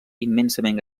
immensament